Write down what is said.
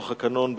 בתוך הקנון,